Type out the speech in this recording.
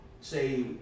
say